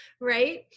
right